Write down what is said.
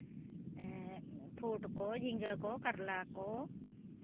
ᱦᱮᱸ ᱯᱷᱩᱴ ᱠᱚ ᱡᱷᱤᱸᱜᱟᱹ ᱠᱚ ᱠᱟᱨᱞᱟ ᱠᱚ